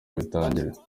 bitangira